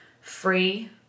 free